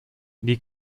die